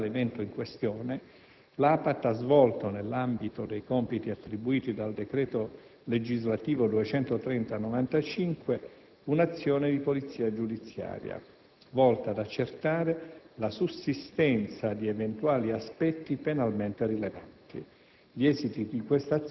Per quanto riguarda l'evento in questione, l'APAT ha svolto, nell'ambito dei compiti attribuiti dal citato decreto legislativo n. 230 del 1995, un'azione di polizia giudiziaria volta ad accertare la sussistenza di eventuali aspetti penalmente rilevanti.